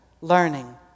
learning